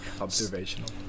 Observational